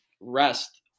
rest